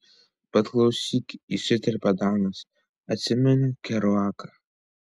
bet klausyk įsiterpė danas atsimeni keruaką